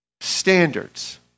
standards